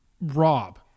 Rob